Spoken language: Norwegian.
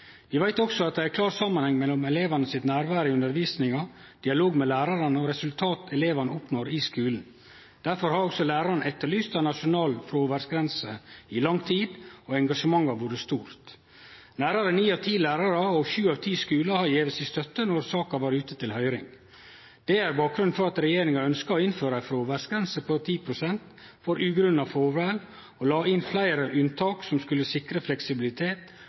Vi veit også at det er ein klar samanheng mellom elevane sitt nærvær i undervisninga, dialog med lærarane og resultata elevane oppnår i skulen. Difor har også lærarane etterlyst ei nasjonal fråværsgrense i lang tid, og engasjementet har vore stort. Nærare ni av ti lærarar og sju av ti skular har gjeve si støtte då saka var ute til høyring. Det er bakgrunnen for at regjeringa ønska å innføre ei fråværsgrense på 10 pst. for ugrunna fråvær, og la inn fleire unntak som skulle sikre fleksibilitet